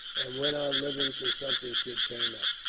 and went on living till something should turn up.